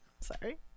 Sorry